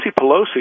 Pelosi